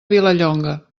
vilallonga